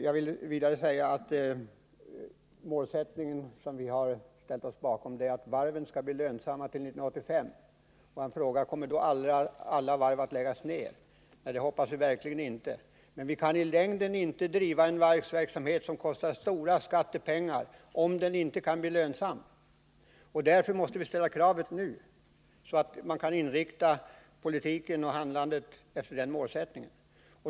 Jag vill vidare säga att målsättningen som vi har ställt oss bakom är att varven skall bli lönsamma till 1985. Man frågar: Kommer då alla varv att läggas ner? Det hoppas vi verkligen inte, men vi kan i längden inte driva en varvsverksamhet som kostar stora skattepengar, om den inte kan bli lönsam. Därför måste vi ställa kravet nu, så att man kan inrikta politiken och handlandet efter den målsättningen.